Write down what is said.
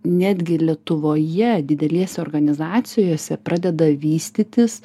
netgi lietuvoje didelėse organizacijose pradeda vystytis